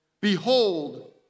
Behold